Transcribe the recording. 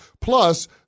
Plus